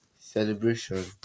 celebration